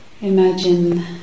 Imagine